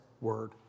Word